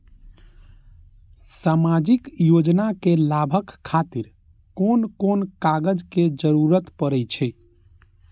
सामाजिक योजना के लाभक खातिर कोन कोन कागज के जरुरत परै छै?